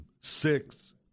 six